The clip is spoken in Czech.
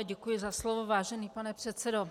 Děkuji za slovo, vážený pane předsedo.